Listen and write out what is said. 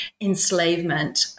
enslavement